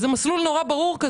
זה מסלול מאוד ברור.